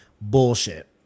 Bullshit